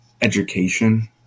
education